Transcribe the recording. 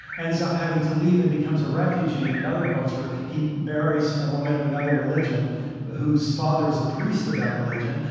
ends up having to leave and becomes a refugee in another culture. he marries a woman of another religion whose father is a priest of that religion.